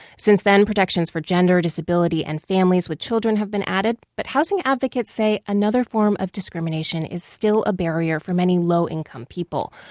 since then, protections for gender, disability, and families with children have been added. but housing advocates say another form of discrimination is still a barrier for many low-income people.